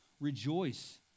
Rejoice